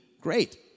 great